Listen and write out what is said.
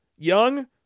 Young